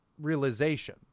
realization